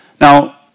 Now